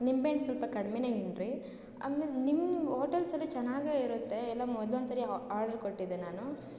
ನಿಂಬೆಹಣ್ಣು ಸ್ವಲ್ಪ ಕಡ್ಮೆನೇ ಹಿಂಡಿರಿ ಆಮೇಲೆ ನಿಮ್ಮ ಹೋಟೆಲ್ಸಲ್ಲಿ ಚೆನ್ನಾಗೆ ಇರುತ್ತೆ ಎಲ್ಲೋ ಮೊದ್ಲು ಒಂದು ಸಾರಿ ಆರ್ಡ್ರು ಕೊಟ್ಟಿದ್ದೆ ನಾನು